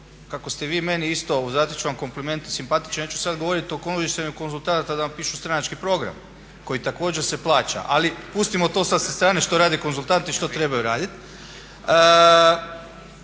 Kako ste vi meni isto, uzvratit ću vam kompliment, simpatičan ja ću sad govorit o korištenju konzultanata da nam pišu stranački program koji također se plaća, ali pustimo to sad sa strane što rade konzultanti, što trebaju radit.